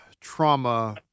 trauma